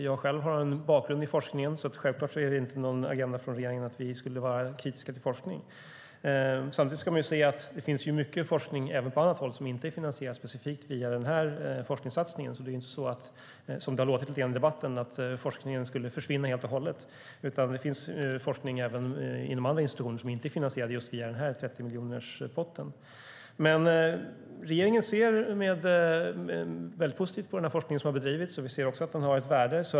Jag har själv en bakgrund inom forskning, och regeringen är självklart inte kritisk till forskning. Det finns dock mycket forskning på annat håll som inte är finansierad via denna specifika forskningssatsning. Denna forskning kommer alltså inte att försvinna helt och hållet, vilket det har låtit som i debatten, utan det finns forskning inom andra institutioner som inte är finansierad genom just denna 30-miljonerspott. Regeringen ser positivt på den forskning som har bedrivits, och vi ser att den har ett värde.